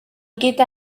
gyda